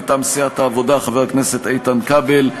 מטעם סיעת העבודה יכהן חבר הכנסת איתן כבל.